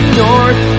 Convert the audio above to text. north